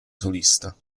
solista